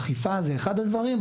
אכיפה זה אחד הדברים,